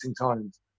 times